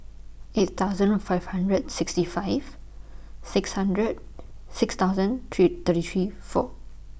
eight thousand five hundred sixty five six hundred six thousand three thirty three four